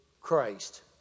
Christ